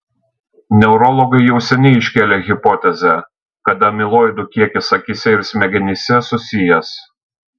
neurologai jau seniai iškėlė hipotezę kad amiloidų kiekis akyse ir smegenyse susijęs